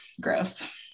gross